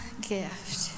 gift